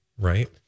Right